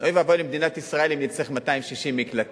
אוי ואבוי למדינת ישראל אם נצטרך 260 מקלטים,